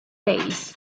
days